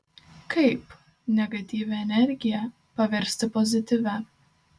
kaip negatyvią energiją paversti pozityvia